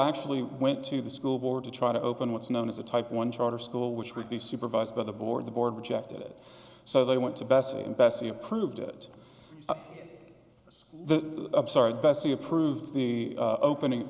actually went to the school board to try to open what's known as a type one charter school which would be supervised by the board the board rejected it so they went to bessie and bessie approved it as the bessie approved the opening